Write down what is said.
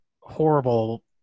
horrible